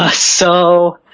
ah so,